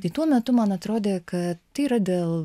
tai tuo metu man atrodė kad tai yra dėl